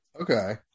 Okay